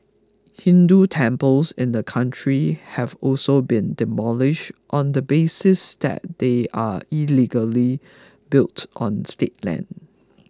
hindu temples in the country have also been demolished on the basis that they are illegally built on state land